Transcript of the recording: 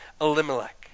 Elimelech